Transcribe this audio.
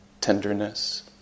tenderness